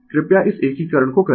कृपया इस एकीकरण को करें